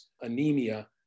anemia